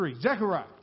Zechariah